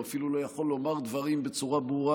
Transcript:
הוא אפילו לא יכול לומר דברים בצורה ברורה,